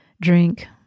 drink